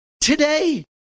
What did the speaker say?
today